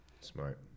Smart